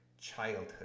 childhood